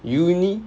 uni